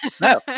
No